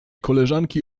koleżanki